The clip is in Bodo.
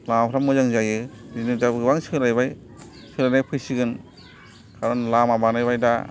माबाफ्रा मोजां जायो बिदिनो दा गोबां सोलायबाय सोलायनाय फैसिगोन खारन लामा बानायबाय दा